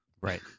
Right